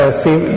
see